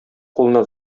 кулына